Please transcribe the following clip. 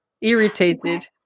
irritated